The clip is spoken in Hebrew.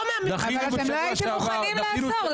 לא מהמפלגה שלי --- אבל לא הייתם מוכנים לעצור,